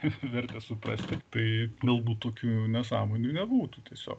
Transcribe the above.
vertę suprasti tai galbūt tokių nesąmonių nebūtų tiesiog